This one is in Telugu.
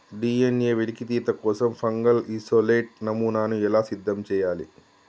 డి.ఎన్.ఎ వెలికితీత కోసం ఫంగల్ ఇసోలేట్ నమూనాను ఎలా సిద్ధం చెయ్యాలి?